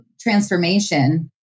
transformation